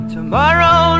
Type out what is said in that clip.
Tomorrow